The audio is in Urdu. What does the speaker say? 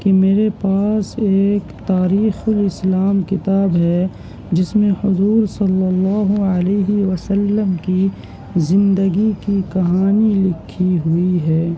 کہ میرے پاس ایک تاریخ الاسلام کتاب ہے جس میں حضور صلی اللہ علیہ وسلم کی زندگی کی کہانی لکھی ہوئی ہے